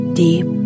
deep